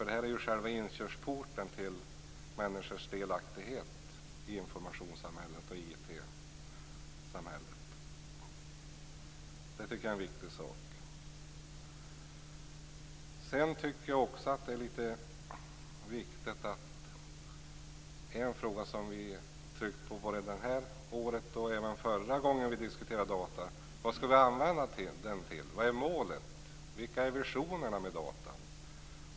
Det här är ju själva inkörsporten till människors delaktighet i informationssamhället och IT-samhället. Det tycker jag är en viktig sak. Sedan tycker jag också att en fråga är viktig som vi tryckt på både i år och förra gången vi diskuterade data: Vad skall vi använda den till? Vad är målet? Vilka är visionerna med data?